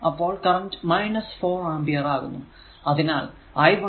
അപ്പോൾ കറന്റ് എന്നത് 4 ആമ്പിയർ ആകുന്നു